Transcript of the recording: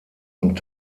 und